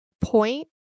point